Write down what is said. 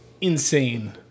insane